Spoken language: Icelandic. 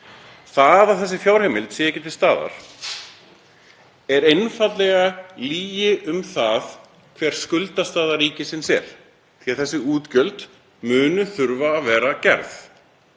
Það að þessi fjárheimild sé ekki til staðar er einfaldlega lygi um það hver skuldastaða ríkisins er því að þessi útgjöld munu þurfa að koma til,